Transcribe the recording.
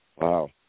Wow